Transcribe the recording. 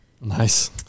Nice